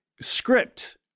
Script